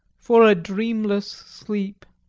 for a dreamless sleep.